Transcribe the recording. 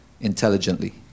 intelligently